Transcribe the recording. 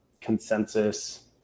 consensus